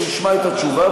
שהוא ישמע את התשובה.